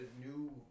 new